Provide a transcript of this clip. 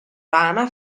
rana